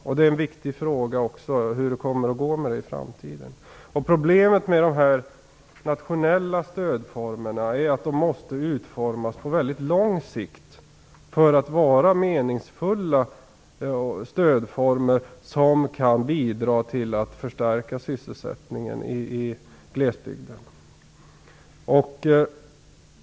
Hur det går på den punkten i framtiden är en viktig fråga. Problemet med de nationella stödformerna är att de måste utformas mycket långsiktigt för att vara meningsfulla och kunna bidra till att förstärka sysselsättningen i glesbygden.